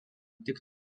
tik